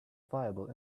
viable